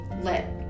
let